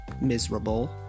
miserable